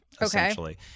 essentially